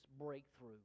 breakthrough